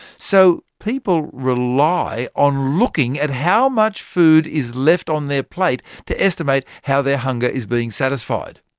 so people rely on looking at how much food is left on their plate to estimate how their hunger is being satisfied.